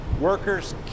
Workers